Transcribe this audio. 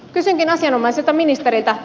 kysynkin asianomaiselta ministeriltä